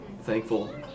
thankful